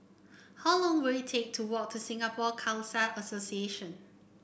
how long will it take to walk to Singapore Khalsa Association